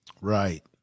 right